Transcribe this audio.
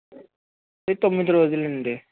తొమ్మిది రోజులండి